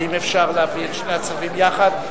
האם אפשר להביא את שני הצווים יחד?